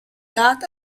grad